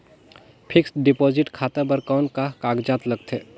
Fixed deposit खाता बर कौन का कागजात लगथे?